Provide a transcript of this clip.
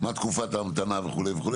מה תקופת ההמתנה וכו' וכו'.